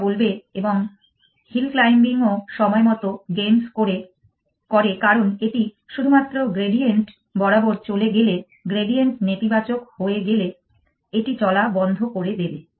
এটা বলবে এবং হিল ক্লাইম্বিংও সময়মতো গেমস করে কারণ এটি শুধুমাত্র গ্রেডিয়েন্ট বরাবর চলে গেলে গ্রেডিয়েন্ট নেতিবাচক হয়ে গেলে এটি চলা বন্ধ করে দেবে